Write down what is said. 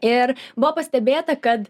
ir buvo pastebėta kad